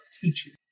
teaching